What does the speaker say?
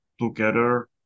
together